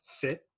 fit